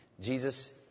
Jesus